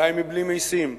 אולי מבלי משים,